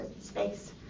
space